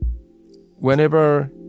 Whenever